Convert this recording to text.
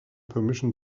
permission